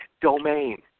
domain